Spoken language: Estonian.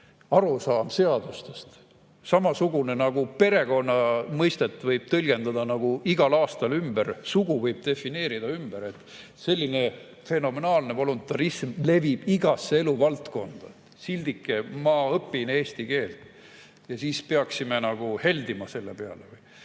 arusaam seadustest, samamoodi nagu perekonna mõistet võib tõlgendada igal aastal ümber, sugu võib defineerida ümber. Selline fenomenaalne voluntarism levib igasse eluvaldkonda. [Võetakse] sildike "Ma õpin eesti keelt" ja siis me peaksime nagu heldima selle peale.